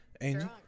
Angel